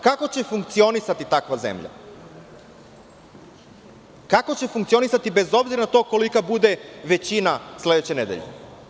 Kako će funkcionisati takva zemlja, kako će funkcionisati bez obzira na to kolika bude većina sledeće nedelje?